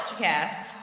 cast